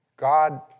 God